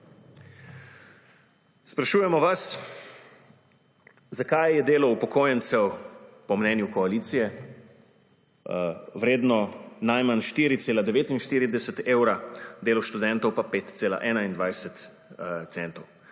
Sprašujemo vas, zakaj je delo upokojencev po mnenju koalicije vredno najmanj 4,49 evra, delo študentov pa 5,21.